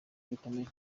rukomeye